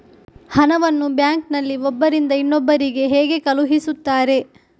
ಹಣವನ್ನು ಬ್ಯಾಂಕ್ ನಲ್ಲಿ ಒಬ್ಬರಿಂದ ಇನ್ನೊಬ್ಬರಿಗೆ ಹೇಗೆ ಕಳುಹಿಸುತ್ತಾರೆ?